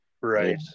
Right